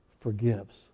forgives